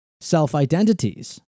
self-identities